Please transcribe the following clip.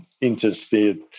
interested